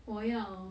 我要